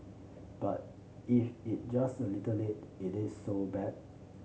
but if it just a little late it is so bad